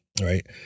Right